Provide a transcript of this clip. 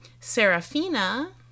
Serafina